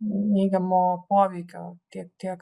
neigiamo poveikio tiek tiek